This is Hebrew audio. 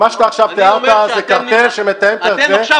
מה שאתה תיארת עכשיו זה קרטל שמתאם את ה --- אתם עכשיו